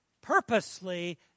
purposely